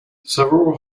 several